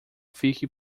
fique